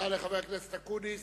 תודה לחבר הכנסת אקוניס.